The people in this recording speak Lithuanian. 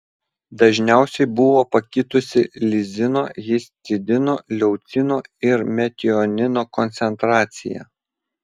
dažniausiai buvo pakitusi lizino histidino leucino ir metionino koncentracija